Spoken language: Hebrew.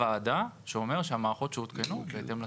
שאומרים שהמערכות שהותקנו הן בהתאם לתקנים.